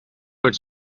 but